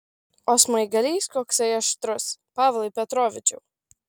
o smaigalys koksai aštrus pavlai petrovičiau